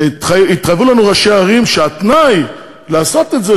התחייבו לנו ראשי ערים שהתנאי לעשות את זה,